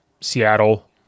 Seattle